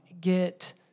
get